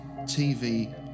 TV